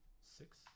Six